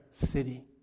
city